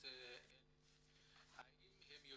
האם כל ה-300,000 יודעים,